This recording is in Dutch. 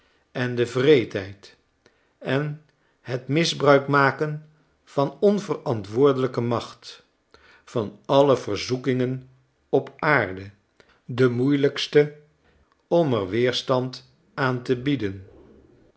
en de wreedheid en het misbruikmaken van onverantwoordehjke macht van alle verzoekingen op aarde demoeilijkste om er weerstand aan te bieden